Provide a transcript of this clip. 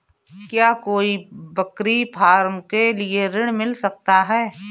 क्या कोई बकरी फार्म के लिए ऋण मिल सकता है?